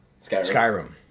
Skyrim